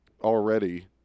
already